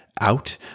out